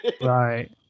Right